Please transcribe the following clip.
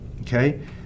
Okay